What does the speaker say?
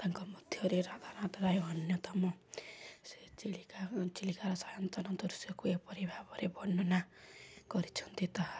ତାଙ୍କ ମଧ୍ୟରେ ରାଧାନାଥ ରାୟ ଅନ୍ୟତମ ସେ ଚିଲିକା ଚିଲିକାର ସାୟନ୍ତନ ଦୃଶ୍ୟକୁ ଏପରି ଭାବରେ ବର୍ଣ୍ଣନା କରିଛନ୍ତି ତାହା